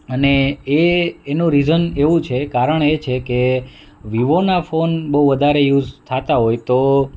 અને એ એનું રીજન એવું છે કારણ એ છે કે વિવોના ફોન બહુ વધારે યુઝ થતા હોય તો